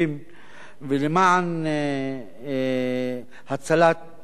למען הצלת חיי אדם.